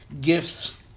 gifts